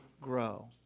grow